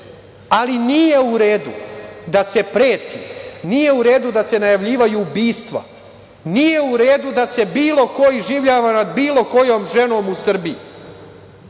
Ali, nije u redu da se preti, nije u redu da se najavljuju ubistva, nije u redu da se bilo ko iživljava nad bilo kojom ženom u Srbiji. Mi